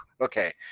okay